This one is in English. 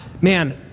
man